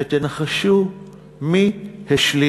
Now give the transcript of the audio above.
ותנחשו מי השלים